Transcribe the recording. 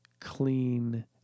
clean